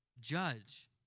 judge